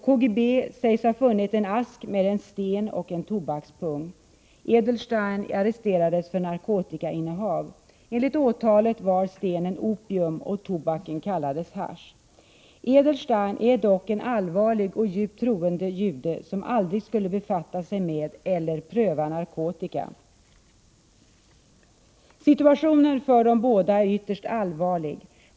KGB sägs ha funnit en ask med en sten och en tobakspung. Edelstein arresterades för narkotikainnehav. Enligt åtalet var stenen opium, och tobaken kallades hasch. Edelstein är dock en allvarlig och djupt troende jude som aldrig skulle befatta sig med eller pröva narkotika. Situationen för dessa båda är ytterst allvarlig.